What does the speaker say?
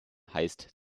heisst